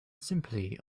simply